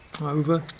over